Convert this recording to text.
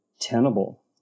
tenable